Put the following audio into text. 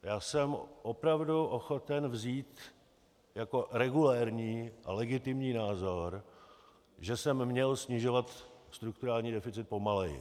Já jsem opravdu ochoten vzít jako regulérní a legitimní názor, že jsem měl snižovat strukturální deficit pomaleji.